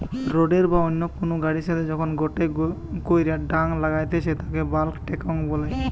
রোডের বা অন্য কুনু গাড়ির সাথে যখন গটে কইরা টাং লাগাইতেছে তাকে বাল্ক টেংক বলে